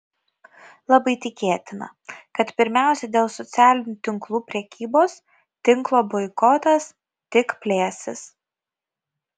labai tikėtina kad pirmiausia dėl socialinių tinklų prekybos tinklo boikotas tik plėsis